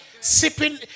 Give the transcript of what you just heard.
sipping